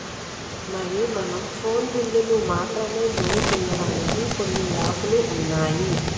మరి మనం ఫోన్ బిల్లులు మాత్రమే పే చేయడానికి కొన్ని యాప్లు ఉన్నాయి